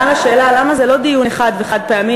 על השאלה למה זה לא דיון אחד וחד-פעמי,